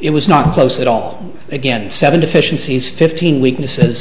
it was not close at all again seven deficiencies fifteen weaknesses